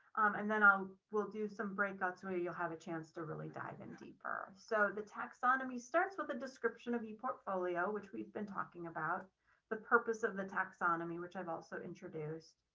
and then i'll we'll do some breakouts where you'll have a chance to really dive in deeper. so the taxonomy starts with a description of the portfolio, which we've been talking about the purpose of the taxonomy, which i've also introduced,